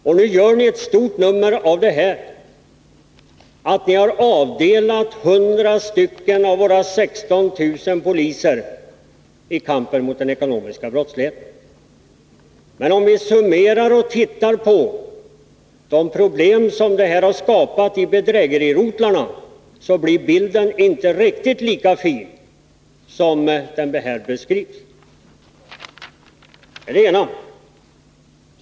Och nu gör ni ett stort nummer av att ni har avdelat 100 av våra 16 000 poliser till kampen mot den ekonomiska brottsligheten. Men om vi gör en summering och tittar på de problem som detta har skapat i bedrägerirotlarna, ter sig bilden inte riktigt lika fin som den här beskrivs.